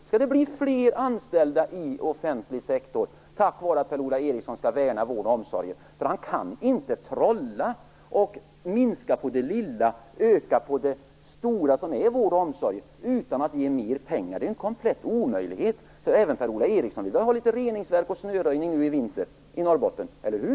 Skall det bli fler anställda i offentlig sektor tack vare att Per-Ola Eriksson skall värna vård och omsorg? Han kan ju inte trolla och minska på det lilla och öka på det stora, som vård och omsorg utgör, utan att ge mer pengar. Det är en komplett omöjlighet. Även Per-Ola Eriksson vill väl ha litet reningsverk och snöröjning i Norrbotten nu i vinter, eller hur?